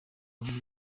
rurimi